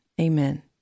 amen